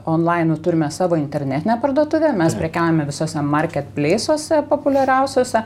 onlainu turime savo internetinę parduotuvę mes prekiaujame visuose marketpleisuose populiariausiuose